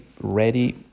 ready